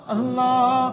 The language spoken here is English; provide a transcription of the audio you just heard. Allah